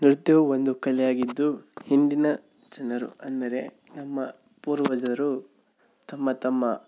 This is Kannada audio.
ನೃತ್ಯವು ಒಂದು ಕಲೆಯಾಗಿದ್ದು ಹಿಂದಿನ ಜನರು ಅಂದರೆ ನಮ್ಮ ಪೂರ್ವಜರು ತಮ್ಮ ತಮ್ಮ